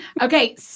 Okay